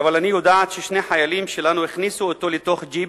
אבל אני יודעת ששני חיילים שלנו הכניסו אותו לתוך ג'יפ,